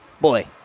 boy